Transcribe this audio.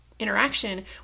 interaction